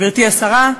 גברתי השרה,